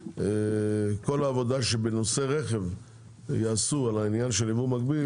שכל העבודה שיעשו בנושא רכב על יבוא מקביל,